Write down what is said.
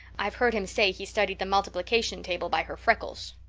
i've heard him say he studied the multiplication table by her freckles.